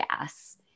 gas